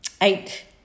eight